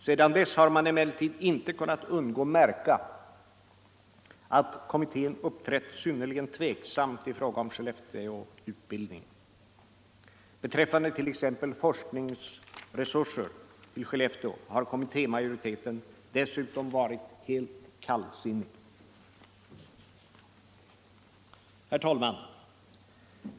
Sedan dess har man emellertid inte kunnat undgå att märka att kommittén uppträtt synnerligen tveksamt i fråga om Skellefteåutbildningen. Beträffande t.ex. forskningsresurser till Skellefteå har kommittémajoriteten dessutom varit helt kallsinnig.